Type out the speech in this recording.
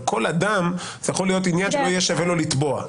אבל כל אדם זה יכול להיות עניין שלא יהיה שווה לו לתבוע.